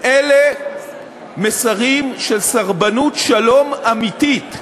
אלה מסרים של סרבנות שלום אמיתית.